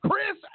Chris